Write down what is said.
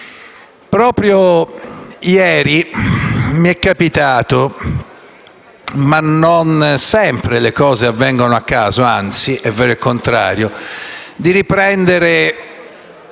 Proprio ieri mi è capitato (ma non sempre le cose avvengono a caso, anzi è vero il contrario) di riprendere